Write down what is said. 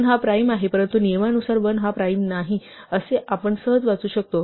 1 हा प्राइम आहे परंतु नियमानुसार 1 हा प्राइम नाही असे आपण हे सहज वाचू शकतो